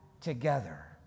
together